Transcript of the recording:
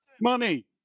money